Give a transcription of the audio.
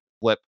flip